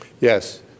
Yes